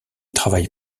travaille